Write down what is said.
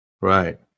Right